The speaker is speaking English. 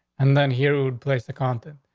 and then here would place the content.